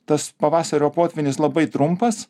tas pavasario potvynis labai trumpas